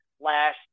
last